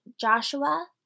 Joshua